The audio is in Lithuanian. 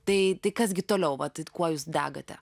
tai tai kas gi toliau vat kuo jūs degate